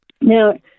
Now